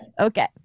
Okay